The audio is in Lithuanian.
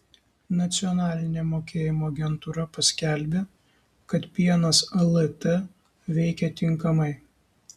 nacionalinė mokėjimo agentūra paskelbė kad pienas lt veikia tinkamai